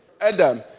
Adam